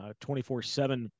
24-7